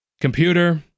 Computer